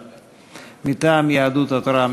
מטעם יהדות התורה,